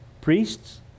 priests